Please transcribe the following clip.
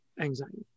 anxiety